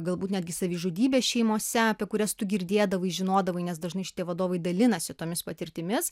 galbūt netgi savižudybės šeimose apie kurias tu girdėdavai žinodavai nes dažnai šitie vadovai dalinasi tomis patirtimis